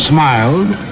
Smiled